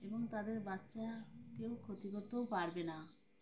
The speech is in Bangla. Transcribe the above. এবং তাদের বাচ্চাকেও ক্ষতি করতেও পারবে না